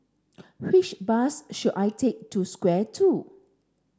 which bus should I take to Square two